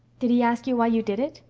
did he ask you why you did it?